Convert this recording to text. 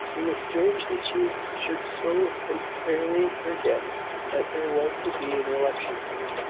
it was strange that she should so entirely forget that there was to be an election soon.